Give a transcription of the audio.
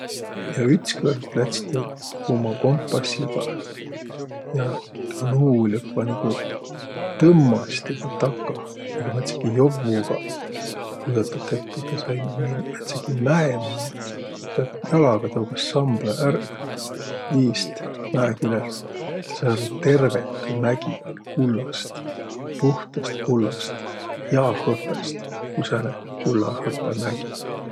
Ja ütskõrd läts' tä tuu uma kompassigaq ja tuu nuul õkva nigu tõmmas' tedä takah nigu määntsegi jovvugaq. Ja kujotat ette, tä sai min- määntsegi mäe manoq. Ku tä jalaga tougas' sambõ ärq iist mäekülelt, tä sai arvo, et terveq tuu mägi oll' kullast, puhtast kullast ja hõpõst, nigu sääne kulla-hõpõ mägi.